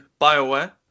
Bioware